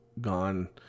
gone